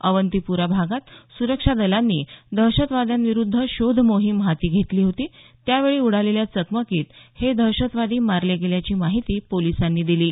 अवंतीपुरा भागात सुरक्षा दलांनी दहशतवाद्यांविरुद्ध शोध मोहीम हाती घेतली होती त्यावेळी उडालेल्या चकमकीत हे दहशतवादी मारले गेल्याची माहिती पोलिसांनी दिली आहे